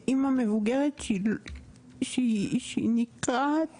שהיא נקרעת